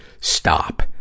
stop